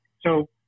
So-